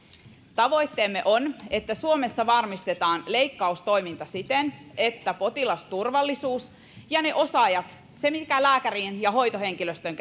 tavoitteemme on että suomessa varmistetaan leikkaustoiminta siten että potilasturvallisuus ja ne osaajat se mikä lääkärien ja hoitohenkilöstön